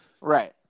right